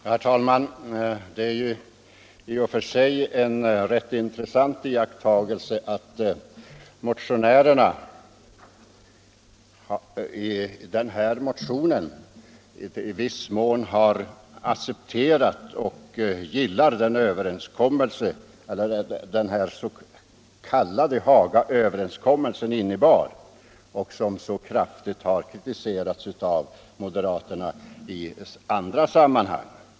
Herr talman! Det är i och för sig en rätt intressant iakttagelse att motionärerna i sin motion i viss utsträckning har accepterat och gillat det som den s.k. Hagaöverenskommelsen innebar, som så kraftigt xritiserats av moderaterna i andra sammanhang.